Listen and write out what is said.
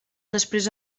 després